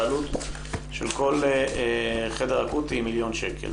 שהעלות של כל חדר אקוטי היא מיליון שקלים,